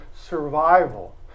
Survival